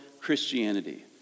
Christianity